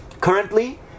Currently